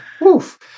woof